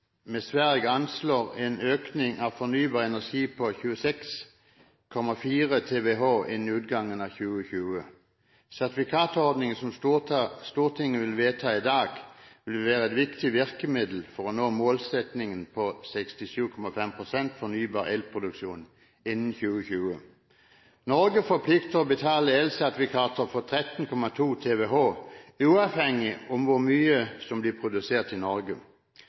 med Sverige anslår en økning av fornybar energi på 26,4 TWh innen utgangen av 2020. Sertifikatordningen som Stortinget vil vedta i dag, vil være et viktig virkemiddel for å nå målsettingen om 67,5 pst. fornybar elproduksjon innen 2020. Norge forplikter seg til å betale elsertifikater for 13,2 TWh, uavhengig av hvor mye som blir produsert i